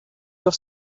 your